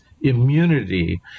immunity